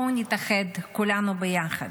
בואו נתאחד כולנו ביחד,